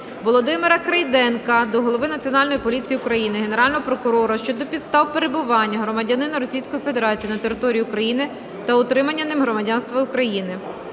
Володимира Крейденка до голови Національної поліції України, Генерального прокурора щодо підстав перебування громадянина Російської Федерації на території України та отримання ним громадянства України.